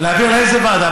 להעביר לאיזו ועדה?